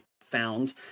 found